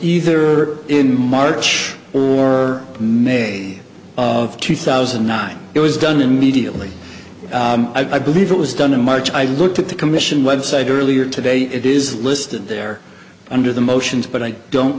either in march or may of two thousand and nine it was done immediately i believe it was done in march i looked at the commission web site earlier today it is listed there under the motions but i don't